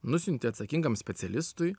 nusiunti atsakingam specialistui